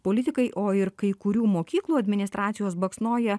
politikai o ir kai kurių mokyklų administracijos baksnoja